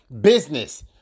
business